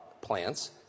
plants